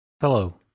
Hello